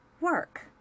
Work